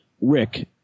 Rick –